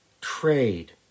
trade